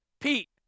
Pete